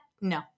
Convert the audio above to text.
no